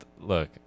look